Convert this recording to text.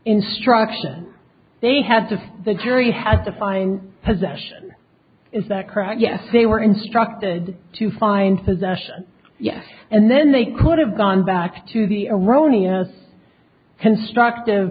instruction they had to the jury had to find possession is that correct yes they were instructed to find possession yes and then they could have gone back to the erroneous constructive